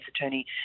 attorney